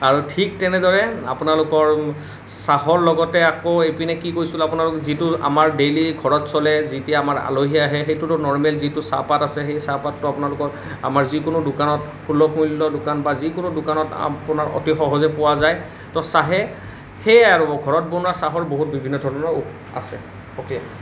আৰু ঠিক তেনেদৰে আপোনালোকৰ চাহৰ লগতে আকৌ এইপিনে কি কৈছিলো আপোনালোক যিটো আমাৰ ডেইলী ঘৰত চলে যেতিয়া আমাৰ আলহী আহে সেইটোতো নৰ্মেল যিটো চাহপাত আছে সেই চাহপাতটো আপোনালোকৰ আমাৰ যিকোনো দোকানত সুলভ মূল্যৰ দোকান বা যিকোনো দোকানত আপোনাৰ অতি সহজে পোৱা যায় তো চাহে সেয়াই আৰু ঘৰত বনোৱা চাহৰ বহুত বিভিন্ন ধৰণৰ আছে অ'ক্কে